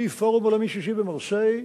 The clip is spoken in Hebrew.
פורום עולמי שישי במרסיי,